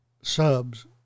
subs